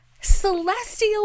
celestial